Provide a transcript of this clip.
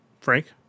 Frank